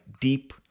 deep